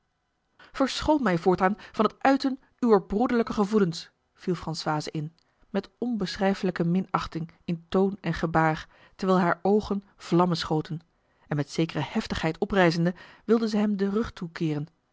verschoon mij voortaan van het uiten uwer broederlijke gevoelens viel françoise in met onbeschrijfelijke minachting in toon en gebaar terwijl hare oogen vlammen schoten en met zekere heftigheid oprijzende wilde zij hem den rug toekeeren